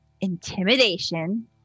Intimidation